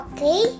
Okay